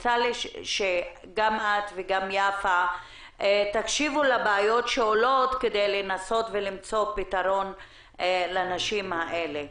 שגם את וגם יפה תקשיבו לבעיות שעולות כדי לנסות למצוא פתרון לנשים האלה.